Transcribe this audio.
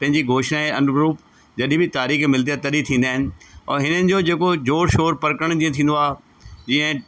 पंहिंजी घोषणा जे अनुरूप जॾहिं बि तारीख़ मिलंदी आहे तॾहिं थींदा आहिनि औरि हिननि जो जेको ज़ोर शोर प्रकरण जीअं थींदो आहे जीअं